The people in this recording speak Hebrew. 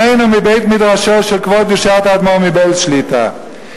שנינו מבית-מדרשו של כבוד ישועת האדמו"ר מבעלז שליט"א.